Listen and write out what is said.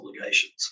obligations